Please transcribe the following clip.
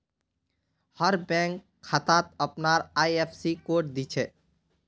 हर bank खातात अपनार IFSC code दि छे